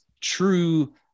true